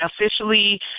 officially